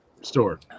store